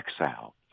exile